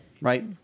right